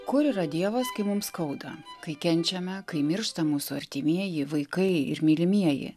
kur yra dievas kai mums skauda kai kenčiame kai miršta mūsų artimieji vaikai ir mylimieji